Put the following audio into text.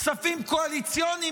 כספים קואליציוניים,